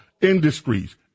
industries